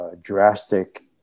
drastic